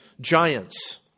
giants